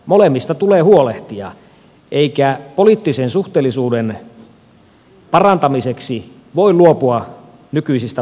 molemmista tulee huolehtia eikä poliittisen suhteellisuuden parantamiseksi voi luopua nykyisistä vaalipiirijaoista